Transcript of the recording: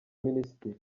minisitiri